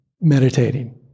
meditating